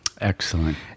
Excellent